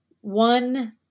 one